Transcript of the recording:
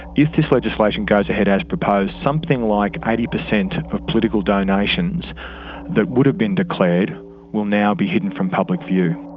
if this legislation goes ahead as proposed, something like eighty percent of political donations that would have been declared will now be hidden from public view.